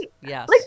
yes